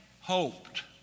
hoped